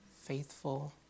faithful